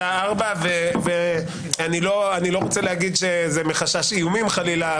השעה 16:00. אני לא רוצה להגיד שזה מחשש איומים חלילה,